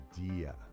idea